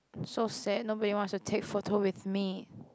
so sad nobody wants to take photo with me